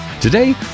Today